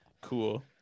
cool